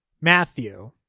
Matthew